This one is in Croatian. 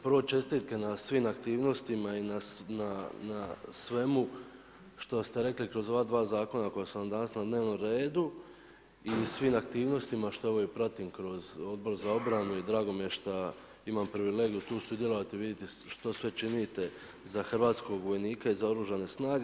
Prvo čestitke na svim aktivnostima i na svemu što ste rekli kroz ova dva zakona koja su danas na dnevnom redu i svim aktivnostima što evo pratim kroz Odbor za obranu i drago mi je šta imam privilegiju tu sudjelovati i vidjeti što sve činite za hrvatskog vojnika i za Oružane snage.